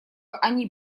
они